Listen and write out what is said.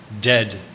dead